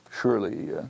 surely